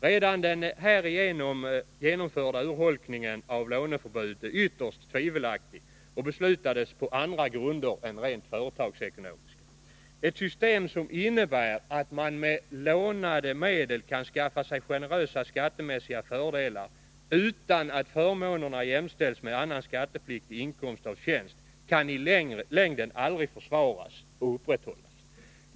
Redan den härigenom genomförda urholkningen av låneförbudet är ytterst tvivelaktig och beslutades på andra grunder än rent företagsekonomiska. Ett system som innebär att man med lånade medel kan skaffa sig generösa skattemässiga fördelar, utan att förmånerna jämställs med annan skattepliktig inkomst av tjänst, kan i längden aldrig försvaras och upprätthållas.